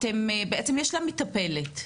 יש מטפלת,